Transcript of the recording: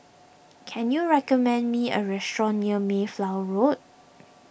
can you recommend me a restaurant near Mayflower Road